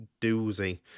doozy